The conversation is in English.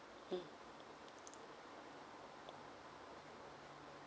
mm